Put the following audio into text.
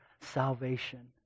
salvation